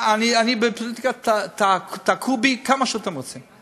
אני בפוליטיקה, תכו בי כמה שאתם רוצים,